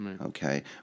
okay